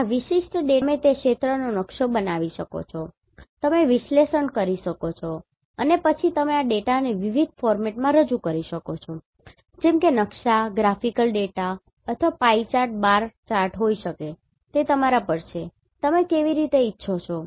આ વિશિષ્ટ ડેટામાં અને તમે તે ક્ષેત્રનો નકશો બનાવી શકો છો તમે વિશ્લેષણ કરી શકો છો અને પછી તમે આ ડેટાને વિવિધ ફોર્મેટમાં રજૂ કરી શકો છો જેમ કે નકશા ગ્રાફિકલ ડેટા અથવા પાઇ ચાર્ટ બાર ચાર્ટ હોઈ શકે છે તે તમારા પર છે તમે કેવી રીતે ઇચ્છો છો